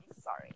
sorry